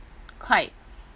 quite